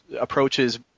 approaches